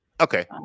Okay